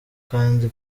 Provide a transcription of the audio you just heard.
kandi